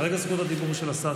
כרגע זכות הדיבור היא של השר קיש.